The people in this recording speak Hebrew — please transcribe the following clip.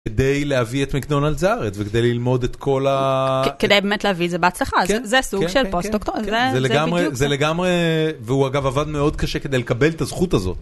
כדי להביא את מקדונלדס לארץ וכדי ללמוד את כל ה... כדי באמת להביא את זה בהצלחה, זה סוג של פוסט-דוקטורט, זה בדיוק זה. זה לגמרי, והוא אגב עבד מאוד קשה כדי לקבל את הזכות הזאת.